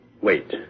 Wait